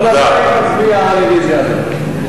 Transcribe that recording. כל הזמן אני מצביע על הרוויזיה הזאת.